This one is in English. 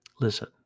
Listen